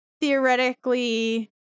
theoretically